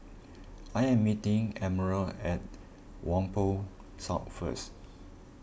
I am meeting Admiral at Whampoa South first